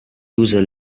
user